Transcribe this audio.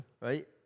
Right